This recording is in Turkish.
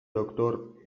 doktor